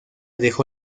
dejó